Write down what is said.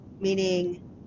meaning